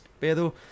Pero